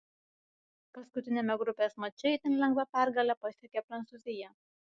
paskutiniame grupės mače itin lengvą pergalę pasiekė prancūzija